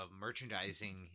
merchandising